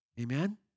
Amen